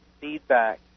feedback